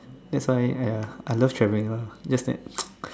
that's why ya I love traveling ya just that